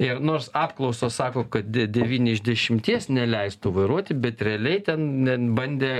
ir nors apklausos sako kad devyni iš dešimties neleistų vairuoti bet realiai ten ne bandė